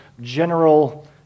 general